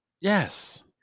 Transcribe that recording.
Yes